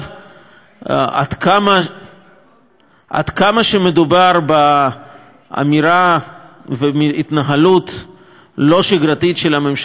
עד כמה שמדובר באמירה ומהתנהלות לא שגרתית של הממשל האמריקני,